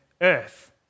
earth